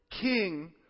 King